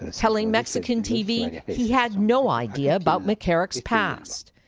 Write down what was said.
telling mexican tv he had no idea about mccarrick's past.